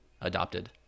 adopted